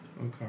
Okay